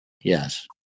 Yes